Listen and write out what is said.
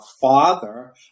father